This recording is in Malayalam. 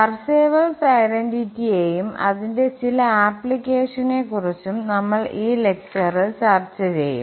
പർസേവൽസ് ഐഡന്റിറ്റിയെയും അതിന്റെ ചില ആപ്പ്ളിക്കേഷനെക്കുറിച്ചും നമ്മൾ ഈ ലെക്ചറിൽ ചർച്ച ചെയ്യും